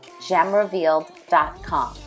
gemrevealed.com